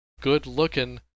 good-looking